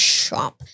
Shop，